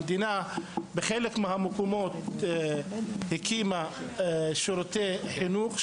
בחלק מהמקומות המדינה הקימה שירותי חינוך,